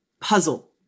puzzle